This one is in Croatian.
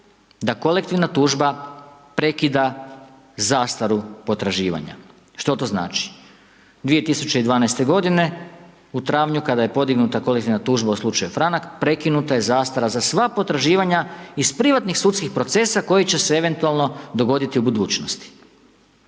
da kolektivna tužba prekida zastaru potraživanja. Što to znači? 2012.g. u travnju kada je podignuta kolektivna tužba u slučaju Franak, prekinuta je zastara za sva potraživanja iz privatnih sudskih procesa koji će se eventualno dogoditi u budućnosti.